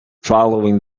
following